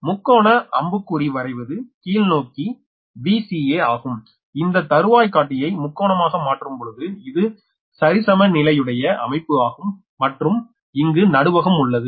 முக்கோண அம்புக்குறி வரைவது கீழ்நோக்கி Vca ஆகும் இந்த தருவைய் காட்டியை முக்கோணமாக மாற்றும்பொழுது இது சரிசமநிலையுடைய அமைப்பு ஆகும் மற்றும் இங்கு நடுவகம் உள்ளது